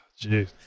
Jeez